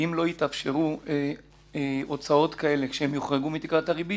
אם לא יתאפשרו הוצאות כאלה שיוחרגו מתקרת הריבית,